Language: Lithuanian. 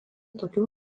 tokių